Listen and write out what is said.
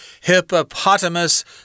Hippopotamus